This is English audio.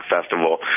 festival